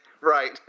right